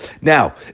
Now